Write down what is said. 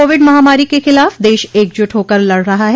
Covid महामारी के खिलाफ देश एकजुट होकर लड़ रहा है